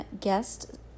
guest